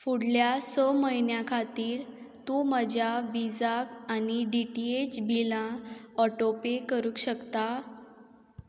फुडल्या स म्हयन्यां खातीर तूं म्हज्या विजाक आनी डी टी एच बिलां ऑटोपे करूंक शकता